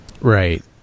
Right